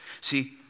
See